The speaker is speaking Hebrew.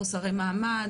מחוסרי מעמד,